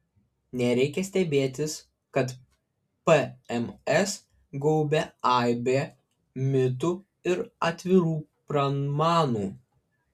nereikia stebėtis kad pms gaubia aibė mitų ir atvirų pramanų